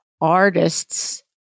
Artists